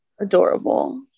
Adorable